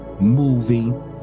moving